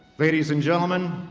ladies and gentleman,